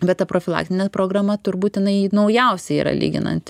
bet ta profilaktinė programa turbūt jinai naujausia yra lyginant